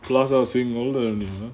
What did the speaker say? plaza singapura you